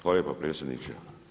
Hvala lijepo predsjedniče.